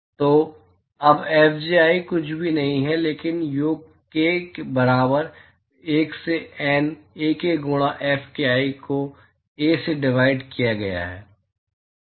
तो अब Fji कुछ भी नहीं है लेकिन योग k बराबर 1 से N Ak गुणा Fki को A से डिवाइड किया गया है